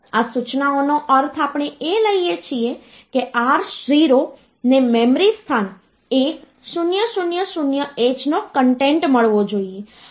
આ સૂચનાનો અર્થ આપણે એ લઈએ છીએ કે R0 ને મેમરી સ્થાન 1000h નો કન્ટેન્ટ મળવો જોઈએ